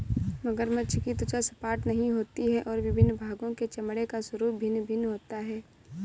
मगरमच्छ की त्वचा सपाट नहीं होती और विभिन्न भागों के चमड़े का स्वरूप भिन्न भिन्न होता है